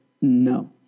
No